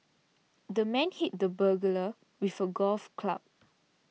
the man hit the burglar with a golf club